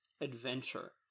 adventure